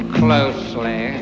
closely